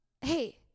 hey